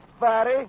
Fatty